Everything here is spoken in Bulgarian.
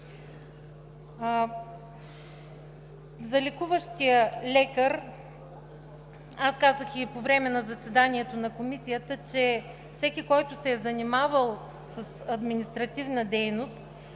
За лекуващия лекар – аз казах и по време на заседанието на Комисията, че всеки, който се е занимавал с административна дейност,